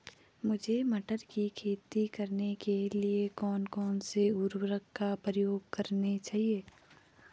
मुझे मटर की खेती करने के लिए कौन कौन से उर्वरक का प्रयोग करने चाहिए?